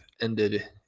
ended